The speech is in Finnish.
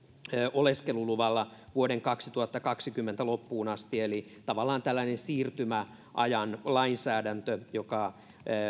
oleskeluluvalla vuoden kaksituhattakaksikymmentä loppuun asti eli tavallaan tällainen siirtymäajan lainsäädäntö joka